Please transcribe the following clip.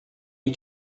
you